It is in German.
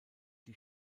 die